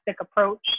approach